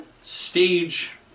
stage